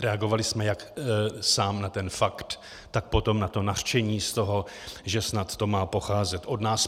Reagovali jsme jak na ten sám fakt, tak potom na to nařčení z toho, že snad to má pocházet od nás.